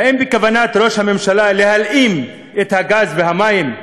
האם בכוונת ראש הממשלה להלאים את הגז והמים,